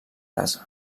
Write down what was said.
casa